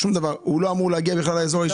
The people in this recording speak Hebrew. הוא לא אמור להגיע בכלל לאזור האישי?